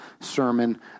sermon